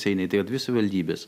seinai tai yra dvi savivaldybės